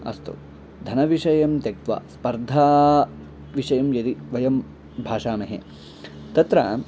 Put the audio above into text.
अस्तु धनविषयं त्यक्त्वा स्पर्धा विषयं यदि वयं भाषामहे तत्र